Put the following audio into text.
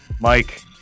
Mike